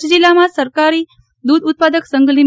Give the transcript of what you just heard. કચ્છ જિલ્લા સફકારી દૂધ ઉત્પાદક સંઘ લિ